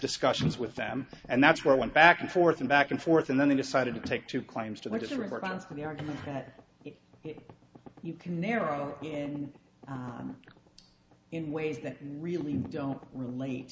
discussions with them and that's why i went back and forth and back and forth and then they decided to take two claims to this report one for the argument that you can narrow and in ways that really don't re